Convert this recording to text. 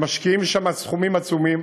ומשקיעים שם סכומים עצומים.